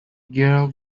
girl